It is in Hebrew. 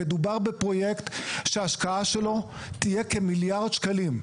מדובר בפרויקט שהשקעה שלו תהיה כמיליארד שקלים,